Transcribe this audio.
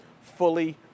fully